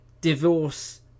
divorce